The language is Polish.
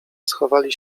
schowali